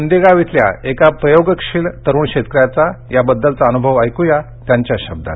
गोंदेगाव इथल्या एका प्रयोगशील तरुण शेतक याचा यावद्दलचा अनुभव ऐक्या त्यांच्याच शब्दांत